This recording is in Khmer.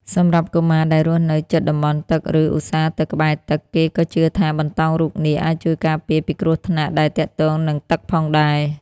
សម្រាប់កុមារដែលរស់នៅជិតតំបន់ទឹក ឬឧស្សាហ៍ទៅក្បែរទឹក គេក៏ជឿថាបន្តោងរូបនាគអាចជួយការពារពីគ្រោះថ្នាក់ដែលទាក់ទងនឹងទឹកផងដែរ។